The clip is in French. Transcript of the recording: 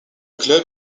club